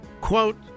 quote